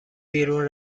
بیرون